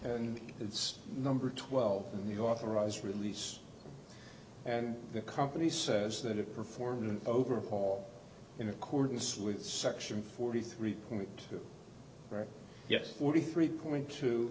and it's number twelve in the authorized release and the company says that it performed an overhaul in accordance with section forty three point two yes forty three point t